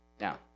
now